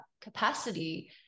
capacity